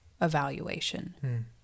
evaluation